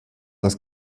das